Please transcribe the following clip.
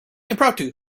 impromptu